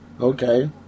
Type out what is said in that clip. Okay